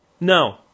No